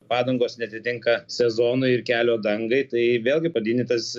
padangos neatitinka sezonui ir kelio dangai tai vėlgi padidintas